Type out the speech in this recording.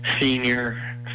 senior